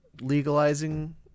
legalizing